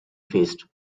faced